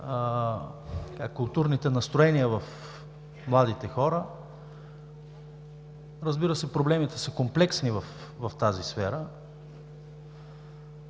културните настроения в младите хора. Разбира се, проблемите са комплексни в тази сфера.